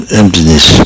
emptiness